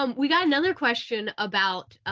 um we got another question about